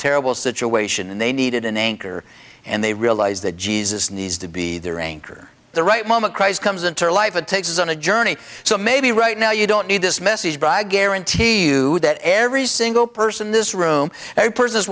terrible situation and they needed an anchor and they realized that jesus needs to be their anchor the right moment christ comes into our life and takes us on a journey so maybe right now you don't need this message but i guarantee you that every single person in this room every person is